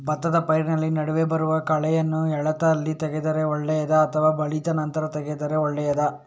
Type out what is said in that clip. ಭತ್ತದ ಪೈರಿನ ನಡುವೆ ಬರುವ ಕಳೆಯನ್ನು ಎಳತ್ತಲ್ಲಿ ತೆಗೆದರೆ ಒಳ್ಳೆಯದಾ ಅಥವಾ ಬಲಿತ ನಂತರ ತೆಗೆದರೆ ಒಳ್ಳೆಯದಾ?